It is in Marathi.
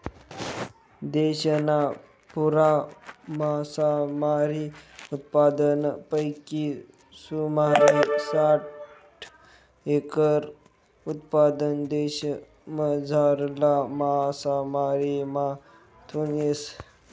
देशना पुरा मासामारी उत्पादनपैकी सुमारे साठ एकर उत्पादन देशमझारला मासामारीमाथून येस